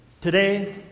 Today